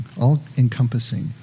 all-encompassing